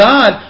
God